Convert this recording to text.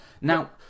Now